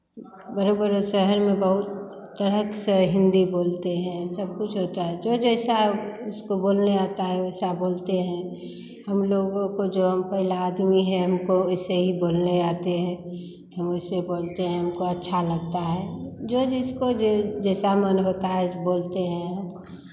बड़ा बड़ा शहर में बहुत तरह से हिन्दी बोलते हैं सब कुछ होता है जो जैसा है उसको बोलने आता है वैसा बोलते हैं हम लोगों को जो हम पहला आदमी है हमको ऐसे ही बोलने आते हैं हम वैसे बोलते हैं हमको अच्छा लगता है जो जिसको जैसा मन होता है बोलते हैं हमको